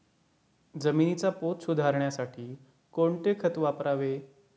जमिनीचा पोत सुधारण्यासाठी कोणते खत वापरावे?